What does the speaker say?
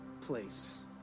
place